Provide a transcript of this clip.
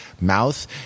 mouth